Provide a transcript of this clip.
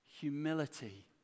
humility